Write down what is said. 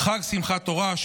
חג שמחת תורה,